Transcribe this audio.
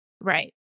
Right